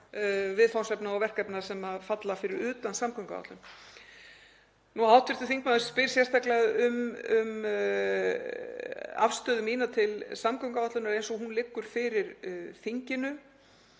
viðfangsefna og verkefna sem falla fyrir utan samgönguáætlun. Hv. þingmaður spyr sérstaklega um afstöðu mína til samgönguáætlunar eins og hún liggur fyrir þinginu.